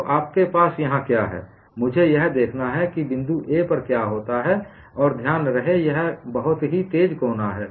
तो आपके पास यहां क्या है मुझे यह देखना है कि बिंदु A पर क्या होता है और ध्यान रहे यह एक बहुत ही तेज कोना है